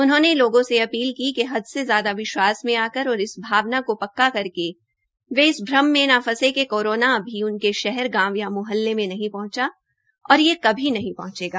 उन्होंने लोगों से अपील की कि हद से ज्यादा विश्वास में आकर और इस भावना को पक्का करके वे इस भ्रम में न फर्से कि कोरोना अभी उनके शहर गांव या म्हल्ले में नहीं पहंचा ओर ये कभी नहीं पहंचेगा